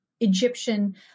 Egyptian